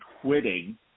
quitting